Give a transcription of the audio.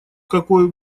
какой